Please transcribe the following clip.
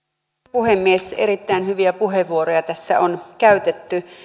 puhemies erittäin hyviä puheenvuoroja tässä on käytetty